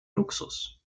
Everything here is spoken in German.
luxus